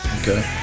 Okay